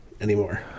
anymore